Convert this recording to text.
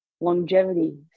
longevity